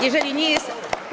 Jeżeli nie jest.